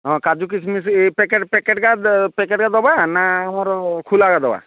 ହଁ କାଜୁ କିସମିସ୍ ପ୍ୟାକେଟ୍ଟା ପ୍ୟାକେଟ୍ଟା ଦ ପ୍ୟାକେଟ୍ଟା ଦେବା ନା ଆମର ଖୁଲାଗା ଦେବା